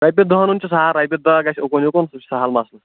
رۄپٮ۪ن دَہَن ہُنٛد چھُ سہل رۄپیہِ دَہ گژھِ اوٗکُن یِکُن سُہ چھُ سہل مسلہٕ